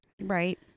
right